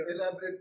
elaborate